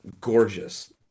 gorgeous